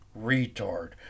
Retard